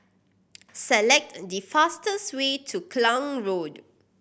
select the fastest way to Klang Road